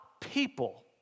people